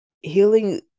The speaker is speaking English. healing